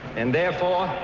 and therefore,